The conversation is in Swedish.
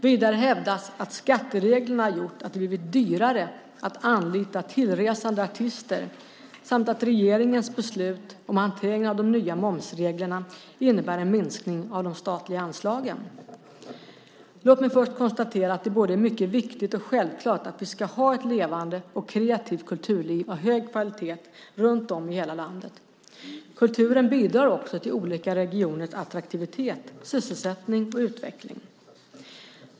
Vidare hävdas att skattereglerna gjort att det blivit dyrare att anlita tillresande artister samt att regeringens beslut om hanteringen av de nya momsreglerna innebär en minskning av de statliga anslagen. Låt mig först konstatera att det är både mycket viktigt och självklart att vi ska ha ett levande och kreativt kulturliv av hög kvalitet runt om i hela landet. Kulturen bidrar också till olika regioners attraktivitet, sysselsättning och utveckling.